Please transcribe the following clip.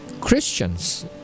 Christians